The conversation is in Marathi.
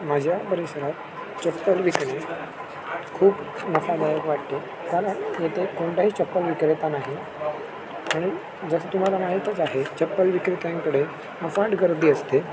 माझ्या परिसरात चप्पल विक्री खूप नफादायक वाटते कारण इथे कोणताही चप्पल विक्रेता नाही आणि जसं तुम्हाला माहितच आहे चप्पल विक्रेत्यांकडे अफाट गर्दी असते